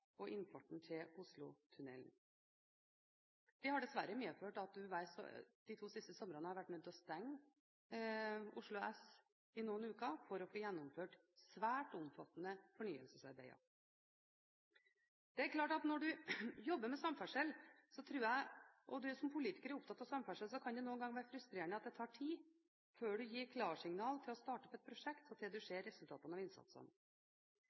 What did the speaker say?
og innfarten til Oslotunnelen. Det har dessverre medført at en de to siste somrene har vært nødt til å stenge Oslo S i noen uker for å få gjennomført svært omfattende fornyelsesarbeider. Det er klart at når du jobber med samferdsel, og du som politiker er opptatt av samferdsel, kan det noen ganger være frustrerende at det tar tid fra du gir klarsignal til å starte opp et prosjekt, og til du ser resultatene av